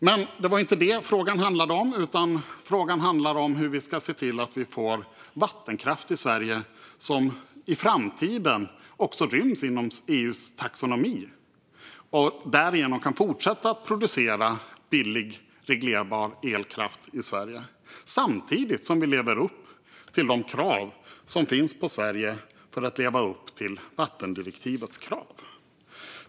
Men min fråga handlade inte om det utan om hur vi ska få vattenkraft i Sverige som i framtiden ryms inom EU:s taxonomi och därigenom kan fortsätta att producera billig, reglerbar elkraft samtidigt som vi lever upp till vattendirektivets krav.